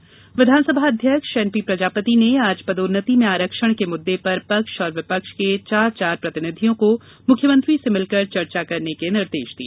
आरक्षण विधानसभा अध्यक्ष एन पी प्रजापति ने आज पदोन्नति में आरक्षण के मुद्दे पर पक्ष और विपक्ष के चार चार प्रतिनिधियों को मुख्यमंत्री से मिलकर चर्चा करने के निर्देश दिए